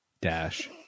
dash